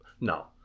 No